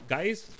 Guys